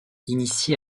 initiée